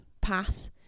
path